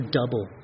double